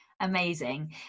Amazing